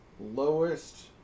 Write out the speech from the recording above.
lowest